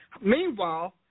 Meanwhile